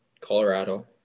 Colorado